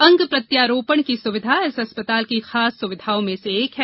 अंगप्रत्यारोपण की सुविधा इस अस्पताल की खास सुविधाओं में से एक है